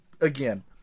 again